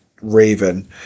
Raven